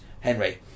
Henry